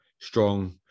Strong